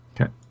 Okay